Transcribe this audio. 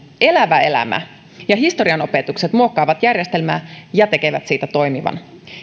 elävä elämä ja historian opetukset muokkaavat järjestelmää ja tekevät siitä toimivan